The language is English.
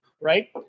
right